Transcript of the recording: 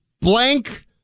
blank